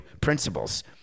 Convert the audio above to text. principles